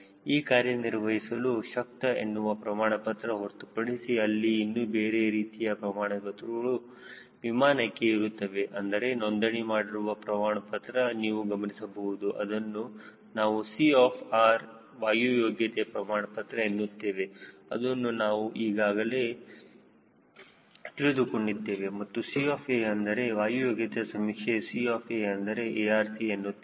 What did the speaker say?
ಈ ಕಾರ್ಯನಿರ್ವಹಿಸಲು ಶಕ್ತ ಎನ್ನುವ ಪ್ರಮಾಣ ಪತ್ರ ಹೊರತುಪಡಿಸಿ ಅಲ್ಲಿ ಇನ್ನು ಬೇರೆ ರೀತಿಯ ಪ್ರಮಾಣಪತ್ರಗಳು ವಿಮಾನಕ್ಕೆ ಇರುತ್ತವೆ ಅಂದರೆ ನೊಂದಣಿ ಮಾಡಿರುವ ಪ್ರಮಾಣ ಪತ್ರ ನೀವು ಗಮನಿಸಬಹುದು ಅದನ್ನು ನಾವು C ಆಫ್ R ವಾಯು ಯೋಗ್ಯತೆಯ ಪ್ರಮಾಣಪತ್ರ ಎನ್ನುತ್ತೇವೆ ಅದನ್ನು ನಾವು ಈಗಾಗಲೇ ತಿಳಿದುಕೊಂಡಿದ್ದೇವೆ ಅದು C ಆಫ್ A ಅಂದರೆ ವಾಯು ಯೋಗ್ಯತೆ ಸಮೀಕ್ಷೆಯ C ಆಫ್ A ಅಂದರೆ ARC ಎನ್ನುತ್ತೇವೆ